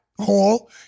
Hall